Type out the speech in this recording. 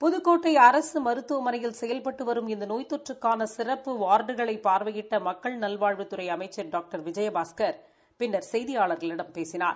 புதுக்கோட்டை அரசு மருத்துவமளையில் செயல்பட்டு வரும் இந்த நோய் தொற்றுக்காள சிறப்பு வா்டுகளை பார்வையிட்ட மக்கள் நல்வாழ்வுத்துறை அமைச்சர் டாக்டர் விஜயபாஸ்கர் பின்னர் செய்தியாள்களிடம் பேசினார்